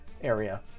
area